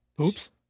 Oops